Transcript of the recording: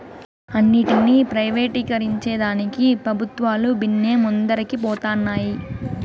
అన్నింటినీ ప్రైవేటీకరించేదానికి పెబుత్వాలు బిన్నే ముందరికి పోతన్నాయి